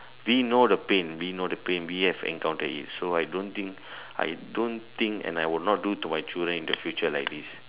we know the pain we know the pain we have encountered it so I don't think I don't think and I will not do to my children in the future like this